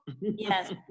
Yes